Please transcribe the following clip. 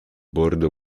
border